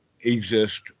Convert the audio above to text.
exist